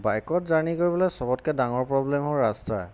বাইকত জাৰ্ণি কৰিবলৈ চবতকেৈ ডাঙৰ প্ৰব্লেম হ'ল ৰাস্তা